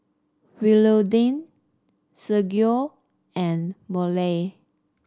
Willodean Sergio and Mollie